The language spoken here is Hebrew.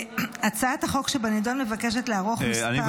הצעת החוק שבנדון מבקשת לערוך כמה --- אני